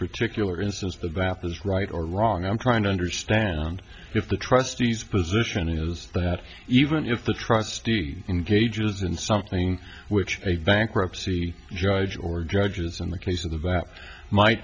particular instance of the bath is right or wrong i'm trying to understand if the trustees position is that even if the trustee engages in something which a bankruptcy judge or judges in the case of that might